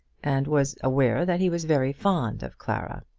and was aware that he was very fond of clara.